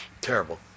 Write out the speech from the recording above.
Terrible